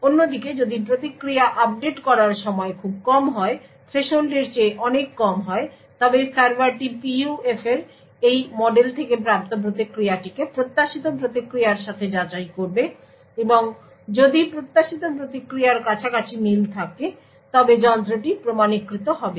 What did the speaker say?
অন্যদিকে যদি প্রতিক্রিয়া আপডেট করার সময় খুব কম হয় থ্রেশহোল্ডের চেয়ে অনেক কম হয় তবে সার্ভারটি PUF এর এই মডেল থেকে প্রাপ্ত প্রতিক্রিয়াটিকে প্রত্যাশিত প্রতিক্রিয়ার সাথে যাচাই করবে এবং যদি প্রত্যাশিত প্রিতিক্রিয়ার কাছাকাছি মিল থাকে তবে যন্ত্রটি প্রমাণীকৃত হবে